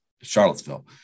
Charlottesville